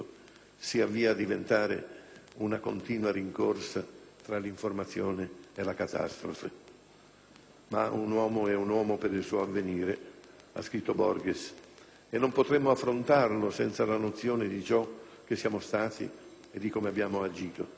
si avvia a diventare «una continua rincorsa tra l'informazione e la catastrofe». Ma «un uomo è un uomo per il suo avvenire», ha scritto Borges, e non potremmo affrontarlo senza la nozione di ciò che siamo stati e di come abbiamo agito.